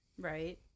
Right